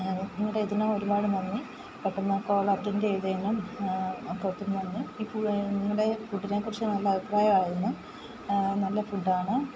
നിങ്ങളുടെ ഇതിന് ഒരുപാട് നന്ദി പെട്ടെന്ന് കോൾ അറ്റൻ്റ് ചെയ്തയിനും ഒക്കെ ഒത്തിരി നന്ദി ഈ നിങ്ങളുടെ ഫുഡിനെക്കുറിച്ച് നല്ല അഭിപ്രായമായിരുന്നു നല്ല ഫുഡാണ്